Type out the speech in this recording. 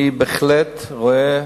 אני בהחלט רואה